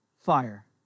fire